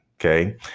Okay